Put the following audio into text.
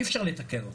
אי אפשר לתקן אותה.